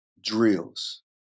drills